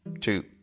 two